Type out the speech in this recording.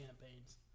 campaigns